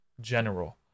general